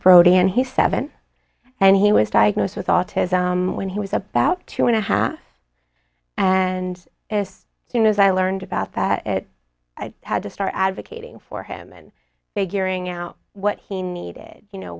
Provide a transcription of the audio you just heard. prodi and he's seven and he was diagnosed with autism when he was about two and a half and as soon as i learned about that i had to start advocating for him and figuring out what he needed you know